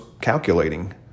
calculating